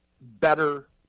better